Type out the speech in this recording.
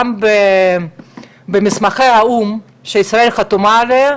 גם במסמכי האו"ם שישראל חתומה עליהם,